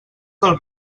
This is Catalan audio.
del